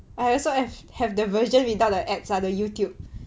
I also have the version without the ads [one] the Youtube